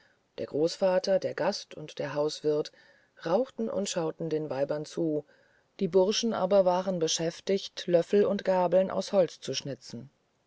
der großvater der gast und der hauswirt rauchten und schauten den weibern zu die bursche aber waren beschäftigt löffel und gabeln aus holz zu schnitzeln